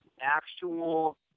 actual